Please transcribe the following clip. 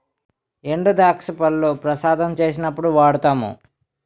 ఎండుద్రాక్ష పళ్లు ప్రసాదం చేసినప్పుడు వాడుతాము